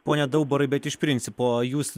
pone daubarai bet iš principo jūs